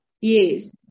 Yes